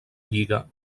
lliga